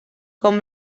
com